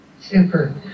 Super